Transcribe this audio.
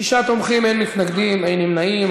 שישה תומכים, אין מתנגדים, אין נמנעים.